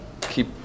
keep